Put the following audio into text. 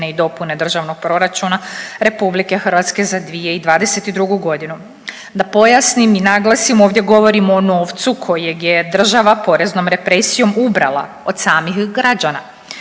i dopune državnog proračuna RH za 2022.g.. Da pojasnim i naglasim, ovdje govorimo o novcu kojeg je država poreznom represijom ubrala od samih građana.